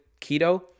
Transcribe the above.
keto